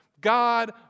God